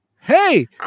Hey